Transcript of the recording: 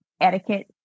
etiquette